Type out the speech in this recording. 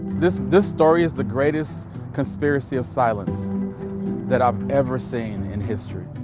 this this story is the greatest conspiracy of silence that i've ever seen in history.